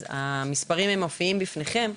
המספרים מופיעים בפניכם.